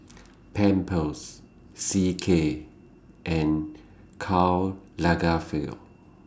Pampers C K and Karl Lagerfeld